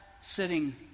sitting